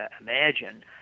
imagine